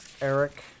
eric